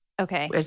Okay